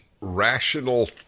rational